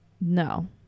No